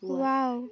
wow